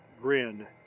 GRIN